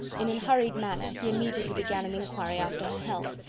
in an hurried manner he immediately began an inquiry after her health,